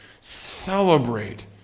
celebrate